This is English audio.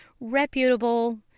reputable